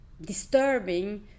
disturbing